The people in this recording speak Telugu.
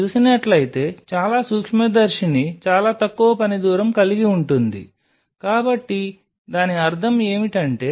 మీరు చూసినట్లయితే చాలా సూక్ష్మదర్శిని చాలా తక్కువ పని దూరం కలిగి ఉంటుంది కాబట్టి దాని అర్థం ఏమిటి